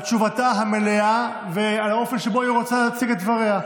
לתשובתה המלאה ובאופן שבו היא רוצה להציג את דבריה,